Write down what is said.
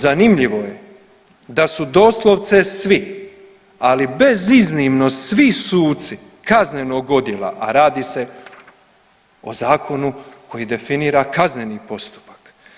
Zanimljivo je da su doslovce svi, ali bez iznimno svi suci Kaznenog odjela, a radi se o zakonu koji definira kazneni postupak.